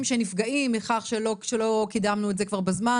שנפגעים מכך שלא קידמנו את זה כבר בזמן.